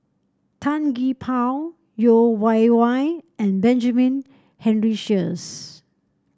Tan Gee Paw Yeo Wei Wei and Benjamin Henry Sheares